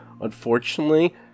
Unfortunately